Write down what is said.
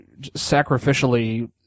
sacrificially